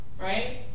right